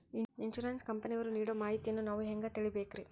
Insurance ಕಂಪನಿಯವರು ನೀಡೋ ಮಾಹಿತಿಯನ್ನು ನಾವು ಹೆಂಗಾ ತಿಳಿಬೇಕ್ರಿ?